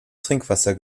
trinkwasser